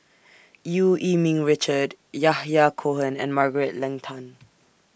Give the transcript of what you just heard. EU Yee Ming Richard Yahya Cohen and Margaret Leng Tan